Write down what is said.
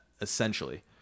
essentially